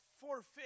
forfeit